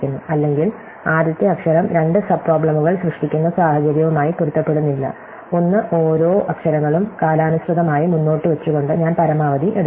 അല്ലെങ്കിൽ ആദ്യത്തെ അക്ഷരം രണ്ട് സബ്പ്രൊബ്ലെമുകൾ സൃഷ്ടിക്കുന്ന സാഹചര്യവുമായി പൊരുത്തപ്പെടുന്നില്ല ഒന്ന് ഓരോ അക്ഷരങ്ങളും കാലാനുസൃതമായി മുന്നോട്ട് വച്ചുകൊണ്ട് ഞാൻ പരമാവധി എടുക്കുന്നു